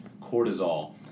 cortisol